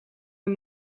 een